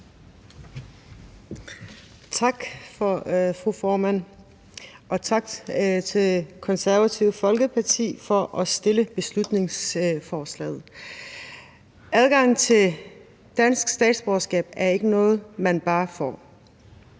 Tak, fru formand, og tak til Det Konservative Folkeparti for at fremsætte beslutningsforslaget. Adgang til dansk statsborgerskab er ikke noget, man bare får.